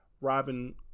Robin